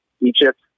Egypt